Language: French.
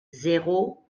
zéro